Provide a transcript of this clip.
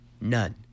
None